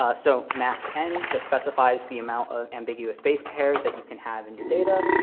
ah so maxn and just specifies the amount of ambiguous base pairs that you can have in your data.